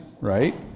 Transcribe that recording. right